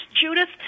Judith